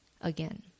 again